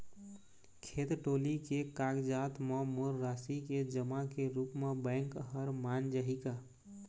खेत डोली के कागजात म मोर राशि के जमा के रूप म बैंक हर मान जाही का?